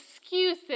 excuses